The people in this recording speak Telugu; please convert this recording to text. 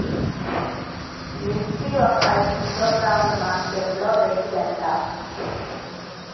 మిర్చి ఒక ఐదు కిలోగ్రాముల మార్కెట్ లో రేటు ఎంత?